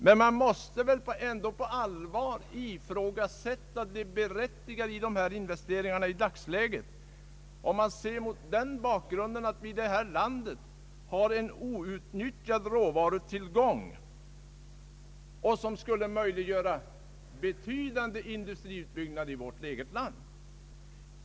Men nog måste man väl på allvar ifrågasätta det berättigade i dessa investeringar i dagsläget mot bakgrunden av att vi i vårt land har en outnyttjad virkestillgång som möjliggör betydande industriutbyggnader i vårt eget land.